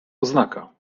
oznaka